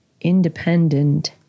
independent